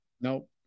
Nope